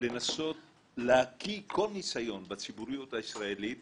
לנסות להקיא כל ניסיון בציבוריות הישראלי לייחס,